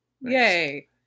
Yay